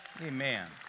Amen